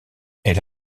elle